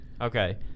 Okay